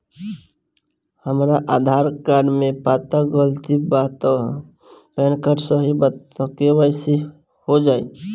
हमरा आधार कार्ड मे पता गलती बा त पैन कार्ड सही बा त के.वाइ.सी हो जायी?